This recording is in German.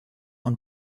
und